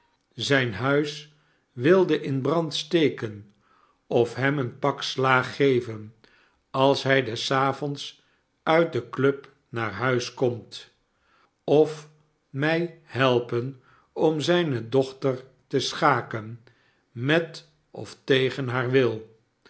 zijn huis wilde in brand steken of hem een pak slaag geven als hij des avonds uit de club naar huis komt of mij helpen om zijne dochter te schaken met of tegen haar wil